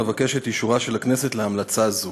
אבקש את אישורה של הכנסת להמלצה זו.